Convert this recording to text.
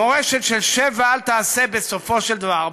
מורשת של שב ואל תעשה בסופו של דבר?